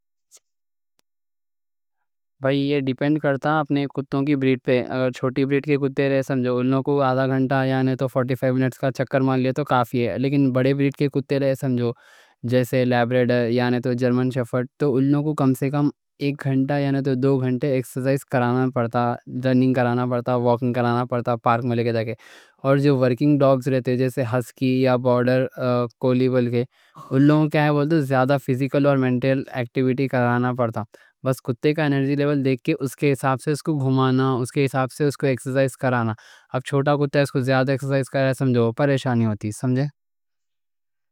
بھائی یہ ڈیپینڈ کرتا اپنے کتوں کی بریڈ پہ。چھوٹی بریڈ کے کتے رہتے، سمجھو اُن لوگن کوں آدھا گھنٹا، یعنی تو 45 منٹ کا چکر مان لیے تو کافی ہے。لیکن بڑی بریڈ کے کتے رہتے، سمجھو جیسے لیبراڈور یعنی تو جرمن شیفرڈ، تو اُن لوگن کوں کم سے کم ایک گھنٹا، یعنی تو دو گھنٹے، ایکسرسائز کرانا پڑتا، رننگ کرانا پڑتا، واکنگ کرانا پڑتا، پارک میں لے کے جا کے。اور جو ورکنگ ڈاگز رہتے جیسے ہسکی یا بورڈر کولی، بلکہ اُن لوگن کیا ہے بولتے زیادہ فزیکل اور منٹل ایکٹیویٹی کرانا پڑتا。بس کتے کا انرجی لیول دیکھ کے، اس کے حساب سے اس کوں گھومانا، اس کے حساب سے اس کوں ایکسرسائز کرانا。اب چھوٹا کتا، اس کوں زیادہ ایکسرسائز کرا رہے، سمجھو پریشانی ہوتی ہے، سمجھے۔